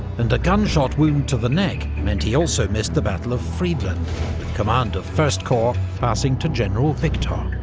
and a gunshot wound to the neck meant he also missed the battle of friedland, with command of first corps passing to general victor.